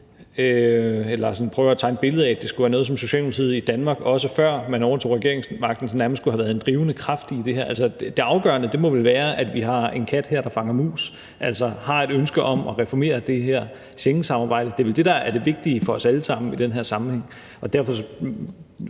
det afgørende må vel være, at vi har en kat her, der fanger mus, altså har et ønske om at reformere det her Schengensamarbejde. Det er vel det, der er det vigtige for os alle sammen i den her sammenhæng,